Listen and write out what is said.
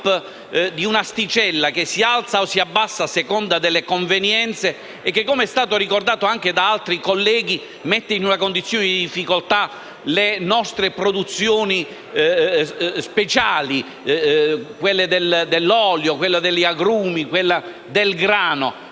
di un'asticella che si alza o si abbassa a seconda delle convenienze, che - come è stato ricordato anche da altri colleghi - mette in condizioni di difficoltà le nostre produzioni speciali dell'olio, degli agrumi e del grano,